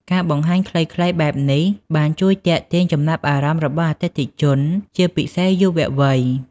ការបង្ហាញខ្លីៗបែបនេះបានជួយទាក់ទាញចំណាប់អារម្មណ៍របស់អតិថិជនជាពិសេសយុវវ័យ។